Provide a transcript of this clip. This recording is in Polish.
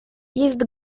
jest